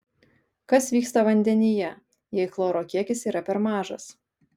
kas vyksta vandenyje jei chloro kiekis yra per mažas